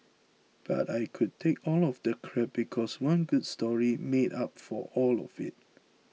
but I could take all the crap because one good story made up for all of it